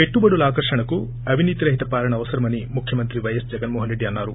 పెట్టుబడుల ఆకర్షణకు అవినీతి రహిత పాలన అవసరమని ముఖ్యమంత్రి వైఎస్ జగన్మోహన్రెడ్డి అన్నారు